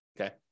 okay